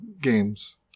games